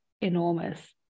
enormous